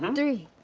um three,